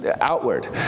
outward